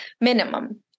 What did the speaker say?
minimum